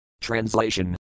Translation